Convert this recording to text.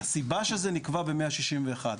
הסיבה שזה נקבע במאה שישים ואחד,